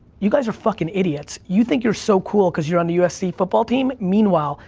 you guys are fuckin' idiots, you think you're so cool cause you're on the usc football team, meanwhile,